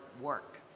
work